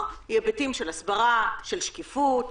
או היבטים של הסברה, של שקיפות,